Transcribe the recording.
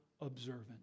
observant